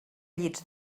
llits